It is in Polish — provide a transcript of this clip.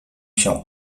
się